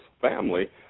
family